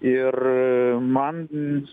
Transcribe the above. ir man